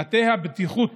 מטה הבטיחות